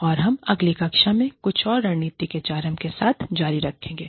और हम अगली कक्षा में कुछ और रणनीतिक एचआरएम के साथ जारी रखेंगे